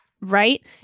right